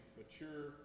mature